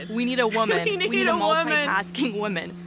we need a woman! and we need a multitasking woman.